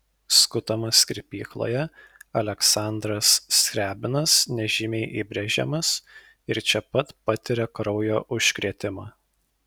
skutamas kirpykloje aleksandras skriabinas nežymiai įbrėžiamas ir čia pat patiria kraujo užkrėtimą